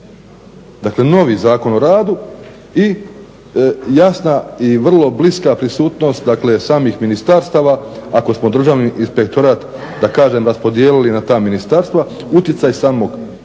dakle, novi Zakon o radu i jasna i vrlo bliska prisutnost dakle samih ministarstava ako smo državni inspektorat da kažem raspodijelili na ta ministarstva utjecaj samog ministarstva